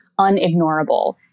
unignorable